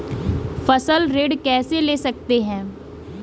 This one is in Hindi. फसल ऋण कैसे ले सकते हैं?